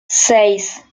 seis